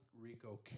Rico